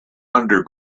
under